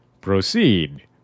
proceed